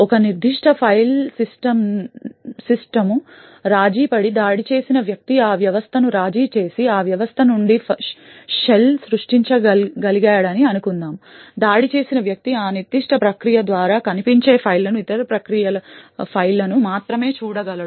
ఒక నిర్దిష్ట file system రాజీపడి దాడి చేసిన వ్యక్తి ఆ వ్యవస్థను రాజీ చేసి ఆ వ్యవస్థ నుండి షెల్ సృష్టించగలిగాడని అనుకుందాం దాడి చేసిన వ్యక్తి ఆ నిర్దిష్ట ప్రక్రియ ద్వారా కనిపించే ఫైళ్ళను ఇతర ప్రక్రియల ఫైళ్ళను మాత్రమే చూడగలడు